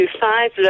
five